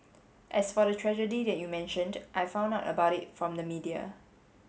as for the tragedy that you mentioned I found out about it from the media